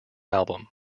album